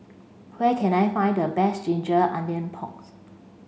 where can I find the best Ginger Onion Porks